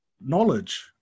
knowledge